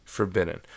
forbidden